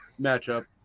Matchup